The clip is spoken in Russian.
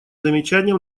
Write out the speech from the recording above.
замечания